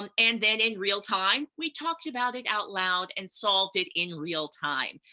um and then, in real-time, we talked about it out loud and solved it in real-time.